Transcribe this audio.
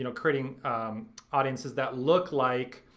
you know creating audiences that look like